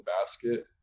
basket